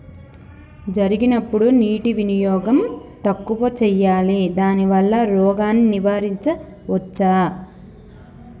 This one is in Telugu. జరిగినప్పుడు నీటి వినియోగం తక్కువ చేయాలి దానివల్ల రోగాన్ని నివారించవచ్చా?